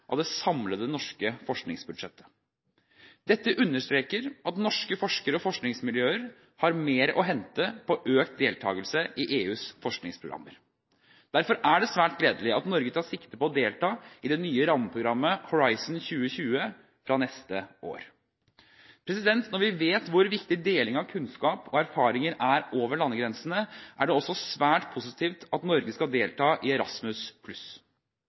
av det samlede norske forskningsbudsjettet. Dette understreker at norske forskere og forskningsmiljøer har mer å hente på økt deltagelse i EUs forskningsprogrammer. Derfor er det svært gledelig at Norge tar sikte på å delta i det nye rammeprogrammet Horisont 2020 fra neste år. Når vi vet hvor viktig deling av kunnskap og erfaringer er over landegrensene, er det også svært positivt at Norge skal delta i Erasmus+.